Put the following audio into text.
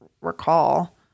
recall